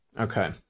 Okay